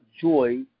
joy